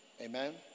Amen